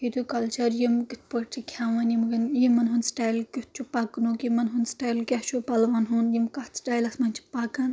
ییٚتیُک کَلچَر یِم کِتھ پٲٹھۍ چھِ کھیٚوان یِم یِمَن ہُنٛد سٹایِل کِیُتھ چھُ پَکنُک یِمَن ہُنٛد سٹایل کیاہ چھُ پَلوَن ہُنٛد یِم کَتھ سِٹایلَس منٛز چھِ پَکان